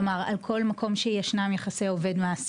כלומר, על כל מקום שישנם יחסי עובד מעסיק.